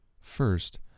First